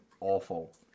awful